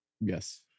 Yes